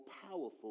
powerful